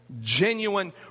genuine